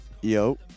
Yo